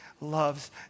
loves